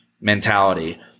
mentality